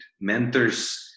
mentors